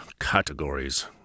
Categories